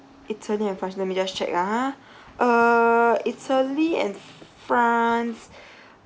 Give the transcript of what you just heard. italy and france let me just check ah uh italy and france